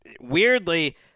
Weirdly